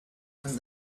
from